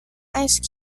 ice